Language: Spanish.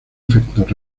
efectos